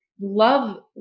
love